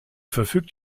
verfügt